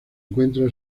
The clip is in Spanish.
encuentra